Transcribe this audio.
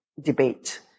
debate